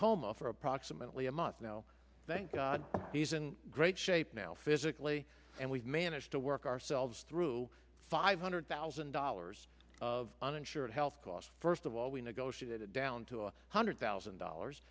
coma for approximately a month now thank god he's in great shape now physically and we've managed to work ourselves through five hundred thousand dollars of uninsured health costs first of all we negotiated down to a hundred thousand dollars